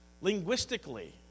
Linguistically